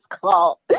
call